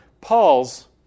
Paul's